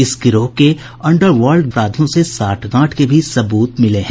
इस गिरोह के अंडर वर्ल्ड अपराधियों से सांठगांठ के भी सबूत मिले हैं